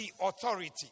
authority